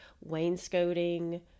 wainscoting